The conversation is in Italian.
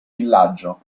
villaggio